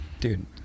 dude